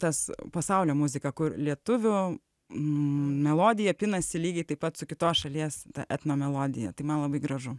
tas pasaulio muzika kur lietuvių melodija pinasi lygiai taip pat su kitos šalies ta etnomelodija tai man labai gražu